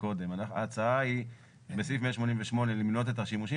ההצעה היא בסעיף 188 למנות את השימושים